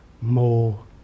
more